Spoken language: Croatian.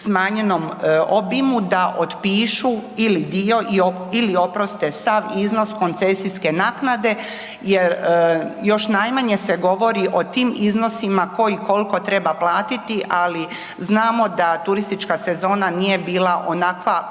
smanjenom obimu da otpišu ili dio ili oproste sav iznos koncesijske naknade jer još najmanje se govori o tim iznosima koji koliko treba platiti, ali znamo da turistička sezona nije bila onakva